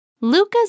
Luca's